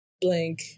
blank